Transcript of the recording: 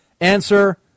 Answer